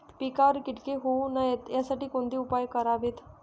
पिकावर किटके होऊ नयेत यासाठी कोणते उपाय करावेत?